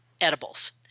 edibles